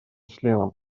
членом